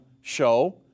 show